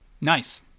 Nice